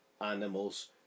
animals